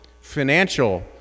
financial